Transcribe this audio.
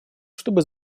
чтобы